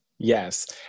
Yes